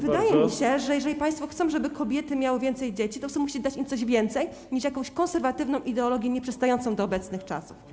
Wydaje mi się, że jeżeli państwo chcą, żeby kobiety miały więcej dzieci, to musicie dać im coś więcej niż jakąś konserwatywną ideologię nieprzystającą do obecnych czasów.